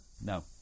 No